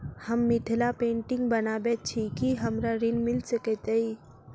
हम मिथिला पेंटिग बनाबैत छी की हमरा ऋण मिल सकैत अई?